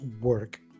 work